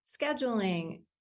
scheduling